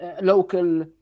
local